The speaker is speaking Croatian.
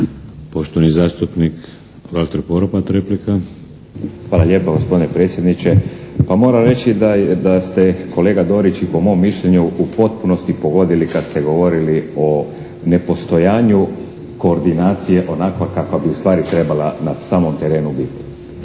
Poštovani zastupnik Valter Poropat, replika. **Poropat, Valter (IDS)** Hvala lijepa gospodine predsjedniče. Pa moram reći da ste kolega Dorić i po mom mišljenju u potpunosti pogodili kad ste govorili o nepostojanju koordinacije onakva kakva bi ustvari trebala na samom terenu biti.